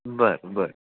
बरं बरं